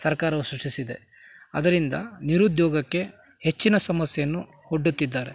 ಸರ್ಕಾರವು ಸೃಷ್ಟಿಸಿದೆ ಅದರಿಂದ ನಿರುದ್ಯೋಗಕ್ಕೆ ಹೆಚ್ಚಿನ ಸಮಸ್ಯೆಯನ್ನು ಒಡ್ಡುತ್ತಿದ್ದಾರೆ